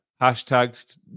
Hashtags